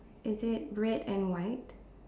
is it red and white